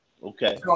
Okay